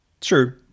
true